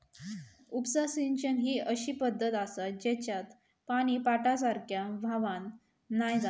उपसा सिंचन ही अशी पद्धत आसा जेच्यात पानी पाटासारख्या व्हावान नाय जाणा